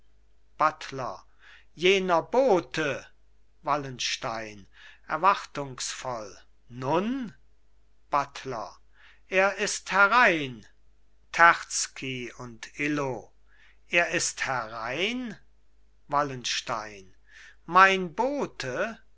buttler jener bote wallenstein erwartungsvoll nun buttler er ist herein terzky und illo er ist herein wallenstein mein bote